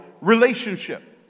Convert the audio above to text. relationship